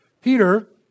Peter